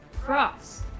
cross